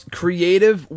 creative